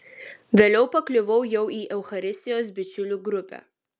vėliau pakliuvau jau į eucharistijos bičiulių grupę